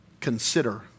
consider